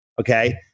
Okay